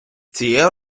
цією